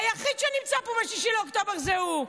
היחיד שנמצא פה ב-6 באוקטובר זה הוא.